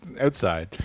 outside